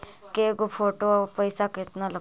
के गो फोटो औ पैसा केतना लगतै?